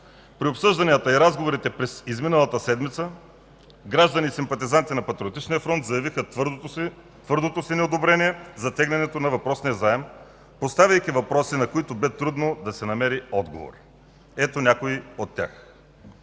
при обсъжданията и разговорите през изминалата седмица граждани и симпатизанти на Патриотичния фронт заявиха твърдото си неодобрение за тегленето на въпросния заем, поставяйки въпроси, на които бе трудно да се намери отговор. Ето някои от тях: